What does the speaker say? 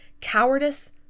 cowardice